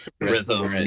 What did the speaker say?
rhythm